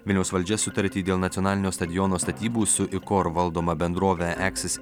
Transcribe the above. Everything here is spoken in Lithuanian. vilniaus valdžia sutartį dėl nacionalinio stadiono statybų su ikor valdoma bendrovė eksis